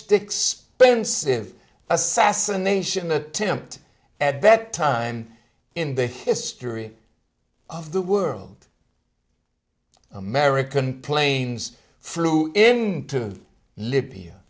assassination attempt at that time in the history of the world american planes flew in to libya